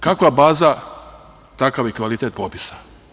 Kakva baza, takav i kvalitet popisa.